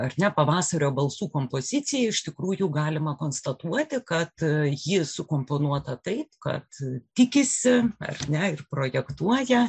ar ne pavasario balsų kompoziciją iš tikrųjų galima konstatuoti kad ji sukomponuota taip kad tikisi ar ne ir projektuoja